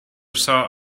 saw